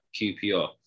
QPR